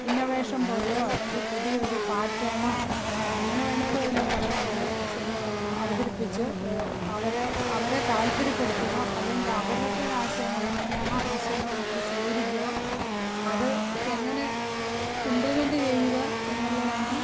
innovation പോലെയോ അല്ലെങ്കിൽ പുതിയൊരു പാറ്റേർണോ എങ്ങനെ വേണേലും അതിനെ പറയാം അങ്ങനെ സെ അവതരിപ്പിച്ച് അവരെ അവരെ താല്പര്യപ്പെടുത്തുക അല്ലെങ്കിൽ അവരുടെ ആശയങ്ങളുണ്ടെങ്കിൽ ആ ആശയങ്ങളെ നമ്മൾ സ്വീകരിക്കുക അത് എങ്ങനെ ഇമ്പ്ലിമെൻ്റ് ചെയ്യുക എന്നുള്ളതാണ്